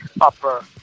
upper